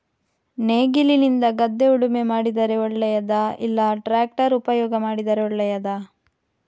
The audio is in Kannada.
ನೇಗಿಲಿನಿಂದ ಗದ್ದೆ ಉಳುಮೆ ಮಾಡಿದರೆ ಒಳ್ಳೆಯದಾ ಇಲ್ಲ ಟ್ರ್ಯಾಕ್ಟರ್ ಉಪಯೋಗ ಮಾಡಿದರೆ ಒಳ್ಳೆಯದಾ?